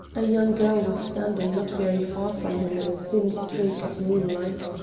a young girl was standing not very far from him in a thin streak of moonlight.